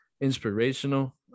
inspirational